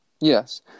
Yes